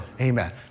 amen